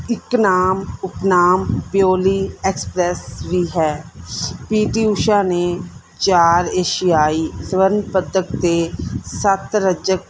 ਇੱਕ ਨਾਮ ਉਪ ਨਾਮ ਪਿਓਲੀ ਐਕਸਪ੍ਰੈਸ ਵੀ ਹੈ ਪੀ ਟੀ ਊਸ਼ਾ ਨੇ ਚਾਰ ਏਸ਼ੀਆਈ ਸਵਰਨ ਪਦਕ ਅਤੇ ਸੱਤ ਰੱਜਕ